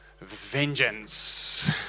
vengeance